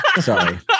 Sorry